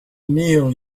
neil